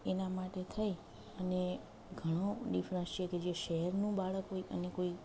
એના માટે થઈ અને ઘણો ડિફરન્સ છે કે જે શહેરનું બાળક હોય અને કોઈ